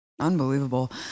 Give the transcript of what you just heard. unbelievable